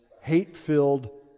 hate-filled